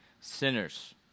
sinners